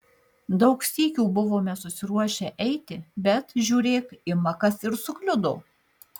daug sykių buvome susiruošę eiti bet žiūrėk ima kas ir sukliudo